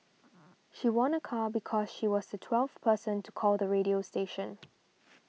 she won a car because she was the twelfth person to call the radio station